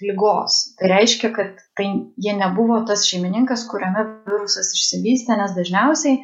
ligos tai reiškia kad tai jie nebuvo tas šeimininkas kuriame virusas išsivystė nes dažniausiai